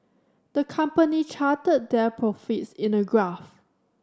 the company charted their profits in a graph